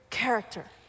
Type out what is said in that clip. character